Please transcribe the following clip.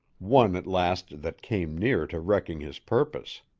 one at last that came near to wrecking his purpose.